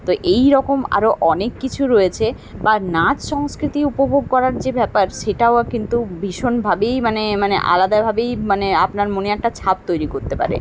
তো এই রকম আরও অনেক কিছু রয়েছে বা নাচ সংস্কৃতি উপভোগ করার যে ব্যাপার সেটাও কিন্তু ভীষণভাবেই মানে মানে আলাদাভাবেই মানে আপনার মনে একটা ছাপ তৈরি করতে পারে